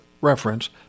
reference